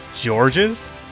Georges